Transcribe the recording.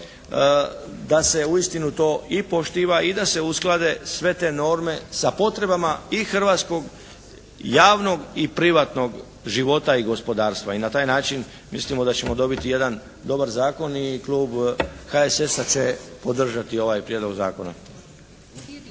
da se uistinu to i poštiva i da se usklade sve te norme sa potrebama i Hrvatskog javnog i privatnog života i gospodarstva i na taj način mislimo da ćemo dobiti jedan dobar zakona i Klub HSS-a će podržati ovaj prijedlog